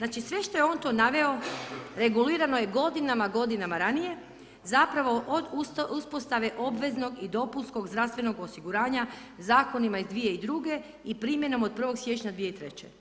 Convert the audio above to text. Dakle, sve ono što je on ranije naveo regulirano je godinama, godinama radnije, zapravo od uspostave obveznog i dopunskog zdravstvenog osiguranja zakonima iz 2002.i primjenom od 1. siječnja 2003.